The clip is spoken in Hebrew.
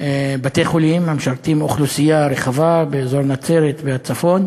בתי-חולים המשרתים אוכלוסייה רחבה באזור נצרת והצפון.